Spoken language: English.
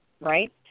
right